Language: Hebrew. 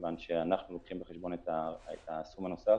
כיוון שאנחנו מביאים בחשבון את הסכום הנוסף,